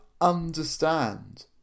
understand